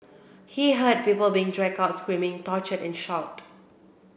he heard people being dragged out screaming tortured and shot